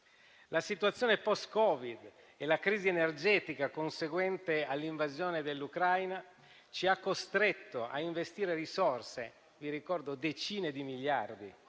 La situazione post-Covid e la crisi energetica conseguente all'invasione dell'Ucraina ci ha costretto a investire risorse, decine di miliardi,